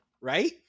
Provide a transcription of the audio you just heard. right